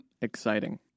Exciting